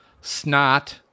Snot